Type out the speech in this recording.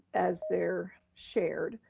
as they're shared,